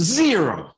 zero